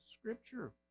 Scripture